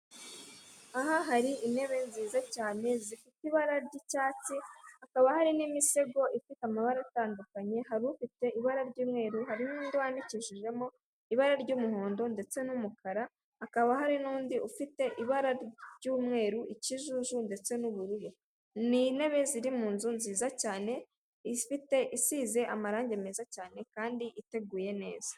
Amatora akorerwa mu Rwanda hagamijwe gushaka abayobozi mu nzego zitandukanye akorwa mu mucyo, aho abayitabiriye batorera ahantu habugenewe kandi bagashyira amajwi yabo ahantu hamwe akabarwa ku mugaragaro.